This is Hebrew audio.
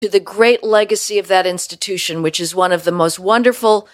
לגבי המורשת הגדולה של המוסד הזה, שזו אחת מהנפלאות.